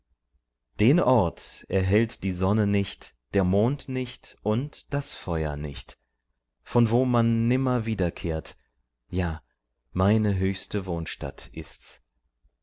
den ort erhellt die sonne nicht der mond nicht und das feuer nicht von wo man nimmer wiederkehrt ja meine höchste wohnstatt ist's